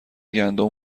گندم